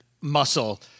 muscle